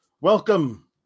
Welcome